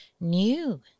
new